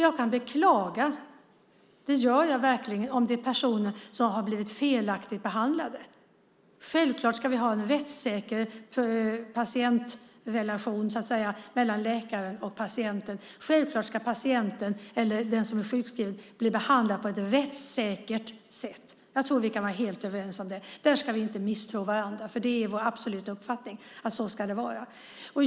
Jag kan beklaga om det är personer som har blivit felaktigt behandlade. Det gör jag verkligen. Vi ska självklart ha en rättssäker relation mellan läkaren och patienten. Självklart ska patienten eller den som blir sjukskriven bli behandlad på ett rättssäkert sätt. Jag tror vi kan vara helt överens om det. Vi ska inte misstro varandra. Det är vår absoluta uppfattning att det ska vara så.